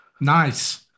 Nice